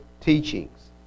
teachings